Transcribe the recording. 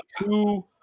two